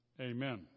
amen